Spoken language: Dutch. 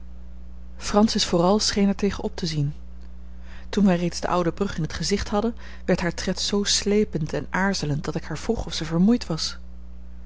francis vooral scheen daar tegen op te zien toen wij reeds de oude brug in t gezicht hadden werd haar tred zoo slepend en aarzelend dat ik haar vroeg of zij vermoeid was